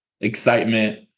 excitement